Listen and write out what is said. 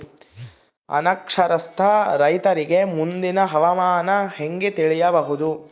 ಅನಕ್ಷರಸ್ಥ ರೈತರಿಗೆ ಮುಂದಿನ ಹವಾಮಾನ ಹೆಂಗೆ ತಿಳಿಯಬಹುದು?